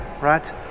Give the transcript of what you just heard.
right